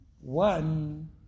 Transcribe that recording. one